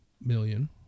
million